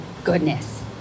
goodness